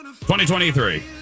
2023